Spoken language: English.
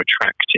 attractive